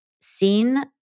seen